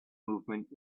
movement